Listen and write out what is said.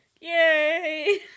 Yay